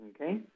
okay